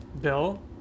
Bill